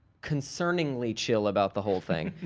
concerningly chill about the whole thing.